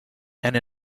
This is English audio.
and